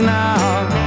now